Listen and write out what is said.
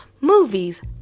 movies